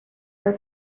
are